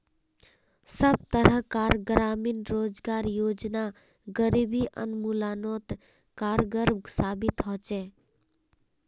सब तरह कार ग्रामीण रोजगार योजना गरीबी उन्मुलानोत कारगर साबित होछे